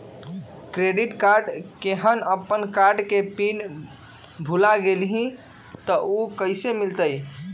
Credit card केहन अपन card के पिन भुला गेलि ह त उ कईसे मिलत?